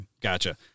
Gotcha